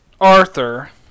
Arthur